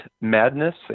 Madness